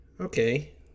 Okay